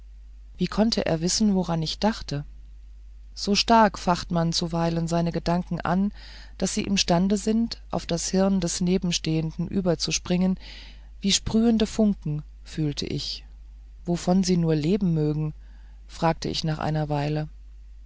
wie konnte er wissen woran ich dachte so stark facht man zuweilen seine gedanken an daß sie imstande sind auf das gehirn des nebenstehenden überzuspringen wie sprühende funken fühlte ich wovon sie nur leben mögen fragte ich nach einer weile